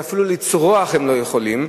שאפילו לצרוח הם לא יכולים,